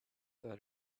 that